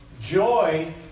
joy